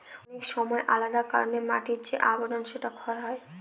অনেক সময় আলাদা কারনে মাটির যে আবরন সেটা ক্ষয় হয়